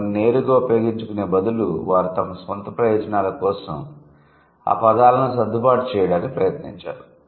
వాటిని నేరుగా ఉపయోగించుకునే బదులు వారు తమ సొంత ప్రయోజనం కోసం ఆ పదాలను సర్దుబాటు చేయడానికి ప్రయత్నించారు